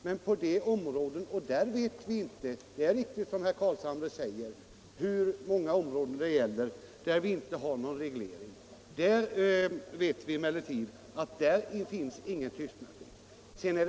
Men på de områden där det inte finns någon reglering — och herr Carlshamre har rätt i att vi inte vet hur många de är — finns det ingen tystnadsplikt.